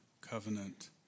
covenant